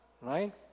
Right